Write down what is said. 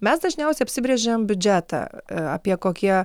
mes dažniausiai apsibrėžiam biudžetą apie kokie